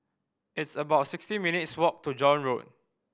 it's about sixteen minutes' walk to John Road